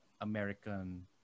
American